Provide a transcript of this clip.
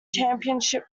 championship